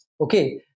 Okay